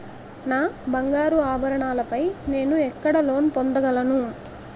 నా బంగారు ఆభరణాలపై నేను ఎక్కడ లోన్ పొందగలను?